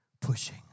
pushing